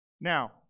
Now